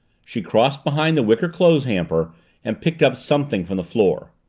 she crossed behind the wicker clothes hamper and picked up something from the floor.